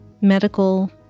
medical